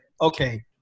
okay